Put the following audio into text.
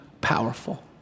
powerful